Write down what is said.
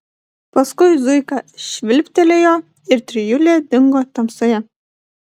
paskui zuika švilptelėjo ir trijulė dingo tamsoje